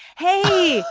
hey,